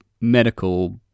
medical